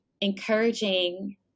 encouraging